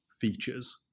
features